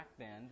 backbend